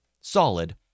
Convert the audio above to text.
solid